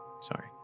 Sorry